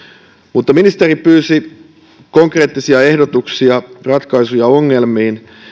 mutta ministeri pyysi konkreettisia ehdotuksia ratkaisuja ongelmiin